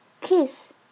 kiss